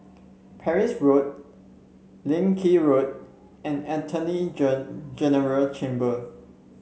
Parsi Road Leng Kee Road and Attorney General's Chamber